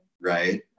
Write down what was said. right